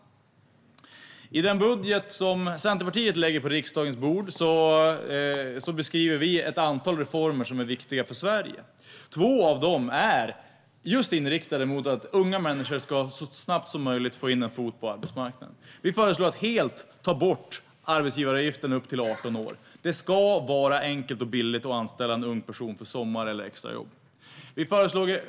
I den budget som Centerpartiet lägger på riksdagens bord beskriver vi ett antal reformer som är viktiga för Sverige. Två av dem är just inriktade på att unga människor så snabbt som möjligt ska få in en fot på arbetsmarknaden. Vi föreslår att man helt tar bort arbetsgivaravgiften upp till 18 år. Det ska vara enkelt och billigt att anställa en ung person för sommar eller extrajobb.